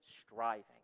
striving